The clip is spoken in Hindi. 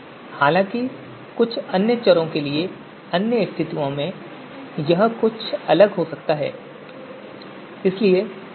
हालांकि कुछ अन्य चरों के लिए अन्य स्थितियों में यह कुछ अलग हो सकता है